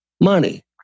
money